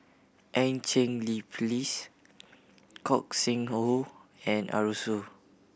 Eu Cheng Li Phyllis Gog Sing Hooi and Arasu